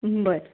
बरं